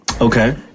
Okay